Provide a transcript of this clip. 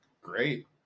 great